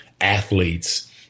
athletes